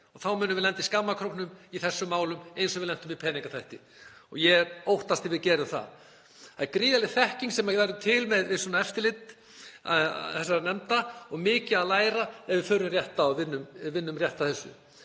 og þá munum við lenda í skammarkróknum í þessum málum eins og við lentum í í peningaþvættinu. Ég óttast að við gerum það. Það er gríðarleg þekking sem verður til við eftirlit þessarar nefndar og mikið að læra ef við förum rétt að og vinnum rétt að þessu.